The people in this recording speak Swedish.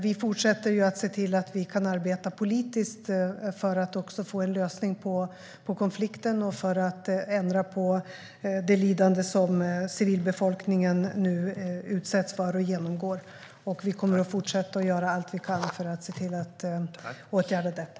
Vi fortsätter att se till att vi kan arbeta politiskt för att få en lösning på konflikten och för att ändra på det lidande som civilbefolkningen utsätts för och genomgår. Vi kommer att fortsätta att göra allt vi kan för att se till att åtgärda detta.